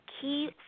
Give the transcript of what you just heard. key